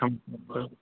हमरा तरफसँ